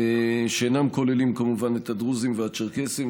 שאינם כוללים כמובן את הדרוזים והצ'רקסים,